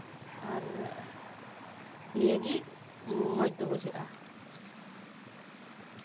ᱟᱨ ᱱᱤᱭᱟᱹᱜᱮ ᱢᱚᱸᱡᱽᱫᱚ ᱵᱩᱡᱷᱟᱹᱜᱼᱟ